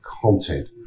content